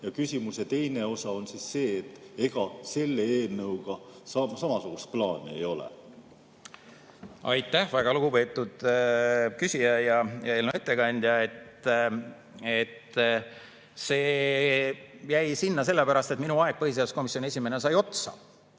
Ja küsimuse teine osa on see: ega selle eelnõuga samasugust plaani ei ole? Aitäh, väga lugupeetud küsija ja eelnõu ettekandja! See jäi sinna sellepärast, et minu aeg põhiseaduskomisjoni esimehena sai otsa.